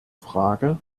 frage